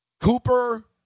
Cooper